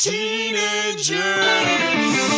Teenagers